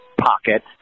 pocket